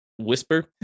whisper